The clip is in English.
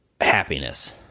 happiness